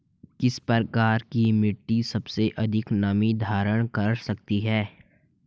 किस प्रकार की मिट्टी सबसे अधिक नमी धारण कर सकती है?